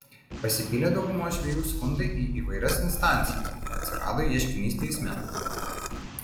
pasipylė daugumos žvejų skundai į įvairias instancijas atsirado ieškinys teisme